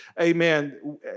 amen